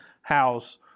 house